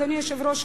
אדוני היושב-ראש,